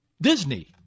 Disney